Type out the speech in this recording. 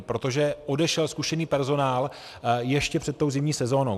Protože odešel zkušený personál ještě před zimní sezónou.